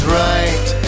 right